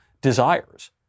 desires